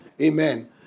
Amen